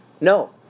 No